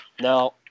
Now